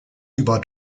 über